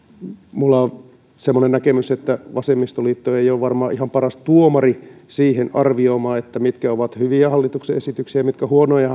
minulla on semmoinen näkemys että vasemmistoliitto ei ole varmaan ihan paras tuomari arvioimaan sitä mitkä ovat hyviä hallituksen esityksiä ja mitkä huonoja